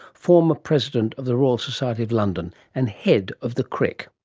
former president of the royal society of london, and head of the crick.